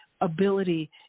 ability